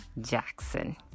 Jackson